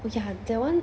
oh ya that one I think